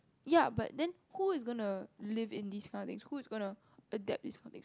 ya but then who is going to live in these kind of things who is going to adapt these kind of things